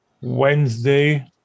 Wednesday